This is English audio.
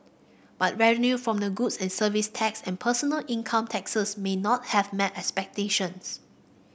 but revenue from the goods and Services Tax and personal income taxes may not have met expectations